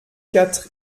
quatre